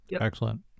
Excellent